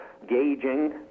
gauging